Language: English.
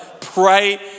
pray